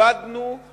עיבדנו